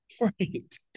Right